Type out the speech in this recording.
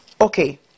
okay